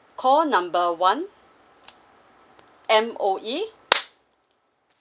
call number one M_O_E